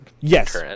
Yes